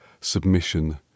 submission